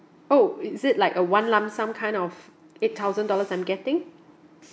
oh is it like a one lump sum kind of eight thousand dollars I'm getting